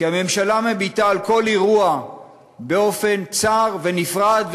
כי הממשלה מביטה על כל אירוע באופן צר ונפרד,